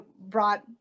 brought